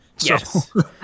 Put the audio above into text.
yes